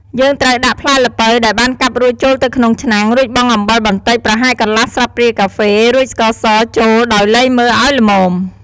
យើងត្រូវដាក់ផ្លែល្ពៅដែលបានកាប់រួចចូលទៅក្នុងឆ្នាំង រួចបង់អំបិលបន្តិច ប្រហែលកន្លះស្លាបព្រាកាហ្វេ រួចស្ករសចូល ដោយលៃមើលឱ្យល្មម។។